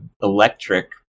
electric